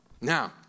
Now